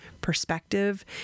perspective